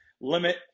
Limit